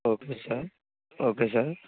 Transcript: okay sir okay sir